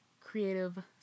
creative